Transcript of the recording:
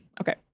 Okay